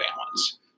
balance